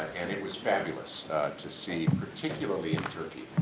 and it was fabulous to see, particularly in turkey,